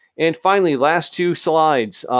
and finally, last two slides.